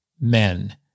men